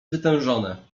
wytężone